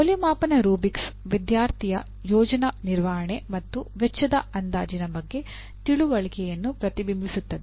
ಮೌಲ್ಯಮಾಪನ ರೂಬ್ರಿಕ್ಸ್ ವಿದ್ಯಾರ್ಥಿಯ ಯೋಜನಾ ನಿರ್ವಹಣೆ ಮತ್ತು ವೆಚ್ಚದ ಅಂದಾಜಿನ ಬಗ್ಗೆ ತಿಳುವಳಿಕೆಯನ್ನು ಪ್ರತಿಬಿಂಬಿಸುತ್ತದೆ